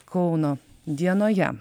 kauno dienoje